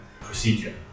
procedure